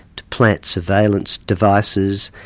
to plant surveillance devices,